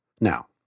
Now